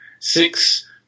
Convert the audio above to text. Six